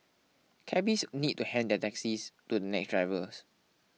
cabbies need to hand their taxis to the next drivers